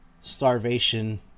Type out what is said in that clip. starvation